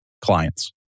clients